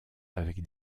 avec